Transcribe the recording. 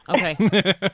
Okay